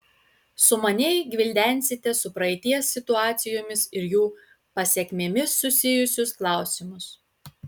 sumaniai gvildensite su praeities situacijomis ir jų pasekmėmis susijusius klausimus